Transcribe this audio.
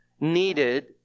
needed